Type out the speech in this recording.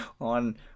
on